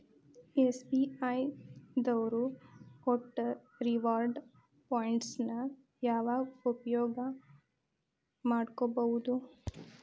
SBI ದವ್ರು ಕೊಟ್ಟ reward points ನ ಯಾವಾಗ ಉಪಯೋಗ ಮಾಡ್ಕೋಬಹುದು?